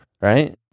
Right